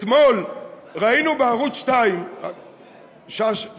אתמול ראינו בערוץ 2, שאשא,